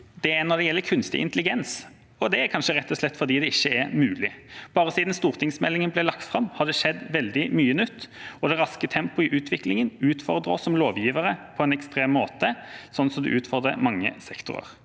det er når det gjelder kunstig intelligens – kanskje rett og slett fordi det ikke er mulig. Bare siden stortingsmeldinga ble lagt fram, har det skjedd veldig mye nytt, og det raske tempoet i utviklingen utfordrer oss som lovgivere på en ekstrem måte, slik det utfordrer mange sektorer.